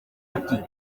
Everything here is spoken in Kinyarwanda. ati